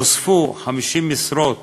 נוספו 50 משרות